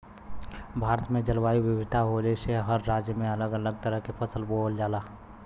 भारत में जलवायु विविधता होले से हर राज्य में अलग अलग तरह के फसल बोवल जाला